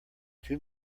too